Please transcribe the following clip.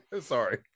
Sorry